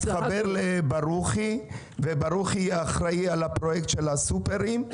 תתחבר לחבר הכנסת ברוכי כי הוא יהיה האחראי על הפרויקט של הסופרים.